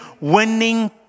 winning